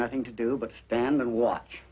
nothing to do but stand and watch